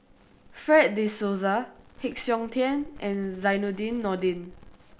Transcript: Fred De Souza Heng Siok Tian and Zainudin Nordin